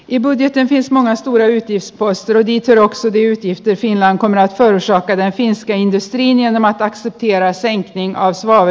ei voi tietenkin mahasta löytyi espoo steroidit sen oksidiyhdistettiin lään konetta jossa kaivettiin testiviiniä nämä patsy tiera puheenvuoron jälkeen